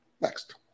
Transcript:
Next